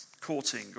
courting